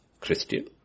Christian